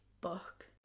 book